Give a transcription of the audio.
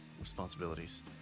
responsibilities